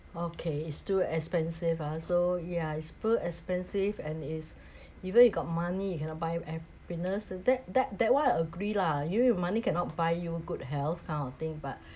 okay it's too expensive ah so ya it's super expensive and it's even you got money you cannot buy happiness that that that one I agree lah even your money cannot buy you good health kind of thing but